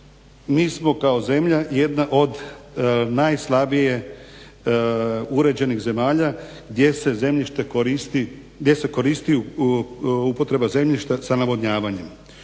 mi smo kao zemlja jedna od najslabije uređenih zemalja gdje se zemljište koristi, upotreba zemljišta sa navodnjavanjem.